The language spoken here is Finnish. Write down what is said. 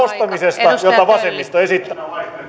nostamisesta jota vasemmisto esittää